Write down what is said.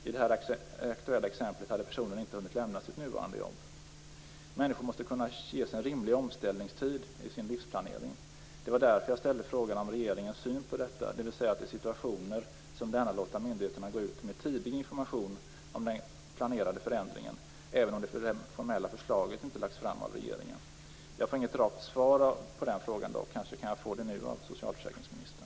I det här aktuella exemplet hade personen inte hunnit lämna sitt nuvarande jobb. Människor måste kunna ges en rimlig omställningstid i sin livsplanering. Det var därför jag ställde frågan om regeringens syn på detta, dvs. att i situationer som denna låta myndigheterna gå ut med tidig information om den planerade förändringen även om det formella förslaget inte lagts fram av regeringen. Jag fick inget rakt svar på den frågan. Kanske kan jag få det nu av socialförsäkringsministern.